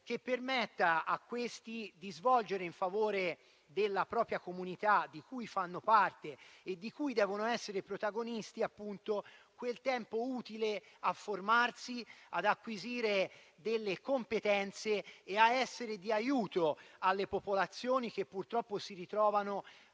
che permetta ai giovani di svolgere in favore della comunità di cui fanno parte e di cui devono essere protagonisti, attività utili a formarsi, ad acquisire delle competenze e dare supporto alle popolazioni che purtroppo si ritrovano